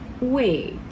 wait